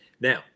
now